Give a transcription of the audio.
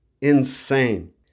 Insane